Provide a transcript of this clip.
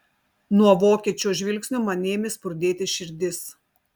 nuo vokiečio žvilgsnio man ėmė spurdėti širdis